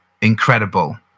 incredible